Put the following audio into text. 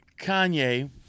Kanye